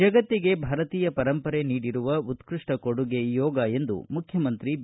ಜಗತ್ತಿಗೆ ಭಾರತೀಯ ಪರಂಪರೆ ನೀಡಿರುವ ಉತ್ನಷ್ಠ ಕೊಡುಗೆ ಯೋಗ ಎಂದು ಮುಖ್ಶಮಂತ್ರಿ ಬಿ